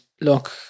look